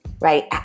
right